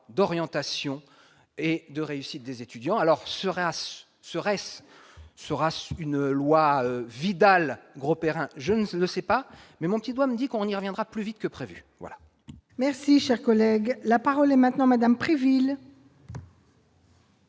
d'orientation et de réussite des étudiants alors serait à ce serait-ce sera une loi Vidal Grosperrin, je ne sais pas, mais mon petit doigt me dit qu'on y reviendra plus vite que prévu. Merci, cher collègue, la parole est maintenant Madame il.